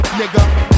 nigga